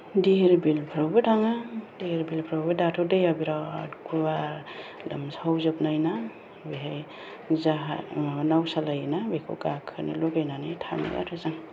धिर बिलफ्रावबो थाङो धिर बिलफ्रावथ' दाथ' दैया बिराद गुवार लोमसावजोबनाय ना बेहाय जाहा माबा नाव सालायोना बेखौ गाखोनो लुगैनानै थाङो आरो जों